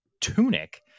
tunic